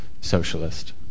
socialist